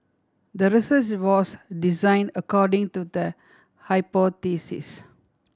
the research was design according to the hypothesis